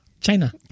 China